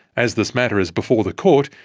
as this matter is before the court,